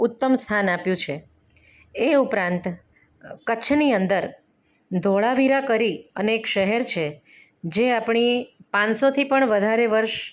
ઉત્તમ સ્થાન આપ્યું છે એ ઉપરાંત કચ્છની અંદર ધોળાવીરા કરી અને એક શહેર છે જે આપણી પાંચસોથી પણ વધારે વર્ષ